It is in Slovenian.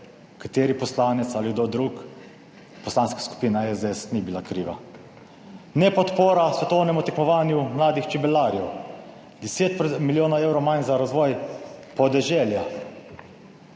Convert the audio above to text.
kateri poslanec ali kdo drug? Poslanska skupina SDS ni bila kriva. Nepodpora svetovnemu tekmovanju mladih čebelarjev, 10 milijonov evrov manj za razvoj podeželja,